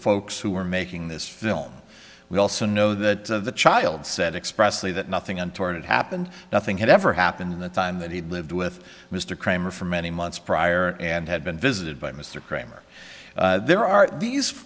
folks who were making this film we also know that the child said expressly that nothing untoward happened nothing had ever happened in the time that he lived with mr cramer for many months prior and had been visited by mr cramer there are these